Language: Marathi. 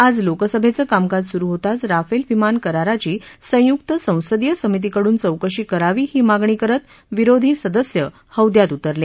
आज लोकसभेचं कामकाज सुरु होताच राफेल विमान कराराची संयुक्त संसदीय समितीकडून चौकशी करावी ही मागणी करत विरोधी सदस्य हौद्यात उतरले